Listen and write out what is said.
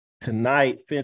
tonight